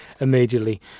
immediately